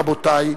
רבותי,